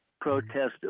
protest